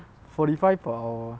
forty five or